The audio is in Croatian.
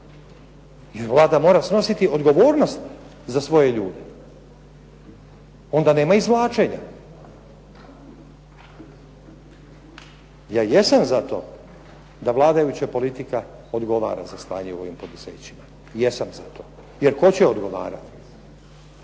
Jer Vlada mora snositi odgovornost za svoje ljude. Onda nema izvlačenja. Ja jesam za to da vladajuća politika odgovara za stanje u ovim poduzećima. Jesam za to. Jer tko će odgovarati?